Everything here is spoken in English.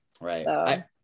Right